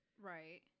right